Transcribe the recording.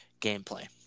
gameplay